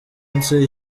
munsi